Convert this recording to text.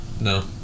no